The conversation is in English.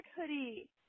hoodie